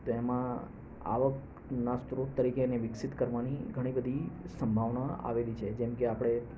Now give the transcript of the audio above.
તો એમાં આવકના સ્ત્રોત તરીકે એને વિકસિત કરવાની ઘણીબધી સંભાવના આવેલી છે જેમકે આપડે